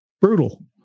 brutal